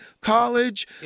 college